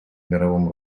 мировом